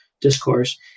Discourse